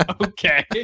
Okay